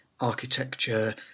architecture